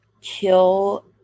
Kill